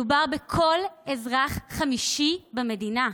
מדובר בכל אזרח חמישי במדינה,